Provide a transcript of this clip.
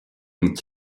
une